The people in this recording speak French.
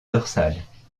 dorsales